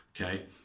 okay